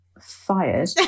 fired